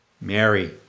Mary